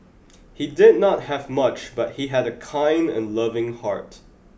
he did not have much but he had a kind and loving heart